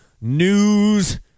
news